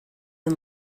can